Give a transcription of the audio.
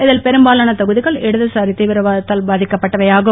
இதில் பெரும்பாலான தொகுதிகள் இடதுசாரித் தீவிரவாதத்தால் பாதிக்கப் பட்டவையாகும்